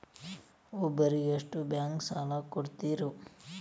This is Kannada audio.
ಒಬ್ಬರಿಗೆ ಎಷ್ಟು ಬ್ಯಾಂಕ್ ಸಾಲ ಕೊಡ್ತಾರೆ?